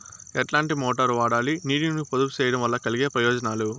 ఎట్లాంటి మోటారు వాడాలి, నీటిని పొదుపు సేయడం వల్ల కలిగే ప్రయోజనాలు?